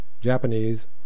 Japanese